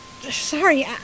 Sorry